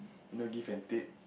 you know give and take